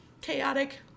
chaotic